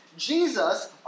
Jesus